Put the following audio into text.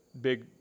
big